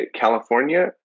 California